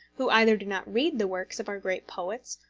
who either do not read the works of our great poets,